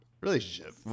relationship